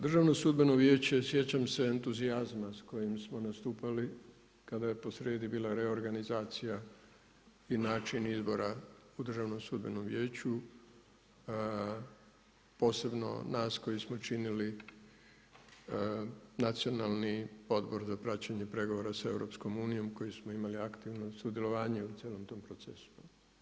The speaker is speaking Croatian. Državno sudbeno vijeće sjećam se entuzijazma s kojim smo nastupali kada je posrijedi bila reorganizacija i način izbora u Državnom sudbenom vijeću posebno nas koji smo činili Nacionalni odbor za praćenje pregovora sa EU koje smo imali aktivno sudjelovanje u cijelom tom procesu.